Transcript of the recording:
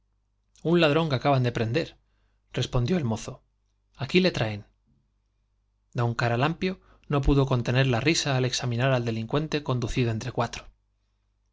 un ladrón que acaban de prender respondió el mozo aquí le traen don la risa al examicaralampio no pudo contener nar al delincuente conducido entre cuatro